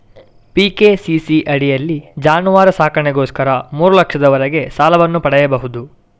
PKCC ಅಡಿಯಲ್ಲಿ ಜಾನುವಾರು ಸಾಕಣೆಗೋಸ್ಕರ ಮೂರು ಲಕ್ಷದವರೆಗೆ ಸಾಲವನ್ನು ಪಡೆಯಬಹುದು